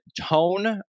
tone